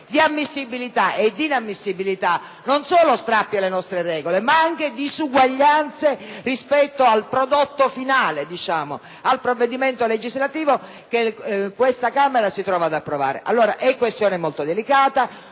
di ammissibilità e di inammissibilità, non solo strappi alle nostre regole, ma anche disuguaglianze rispetto al prodotto finale, ossia al provvedimento legislativo che questa Camera si trova ad approvare. Si tratta dunque di una questione molto delicata;